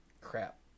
Crap